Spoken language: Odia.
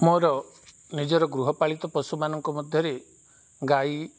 ମୋର ନିଜର ଗୃହପାଳିତ ପଶୁମାନଙ୍କ ମଧ୍ୟରେ ଗାଈ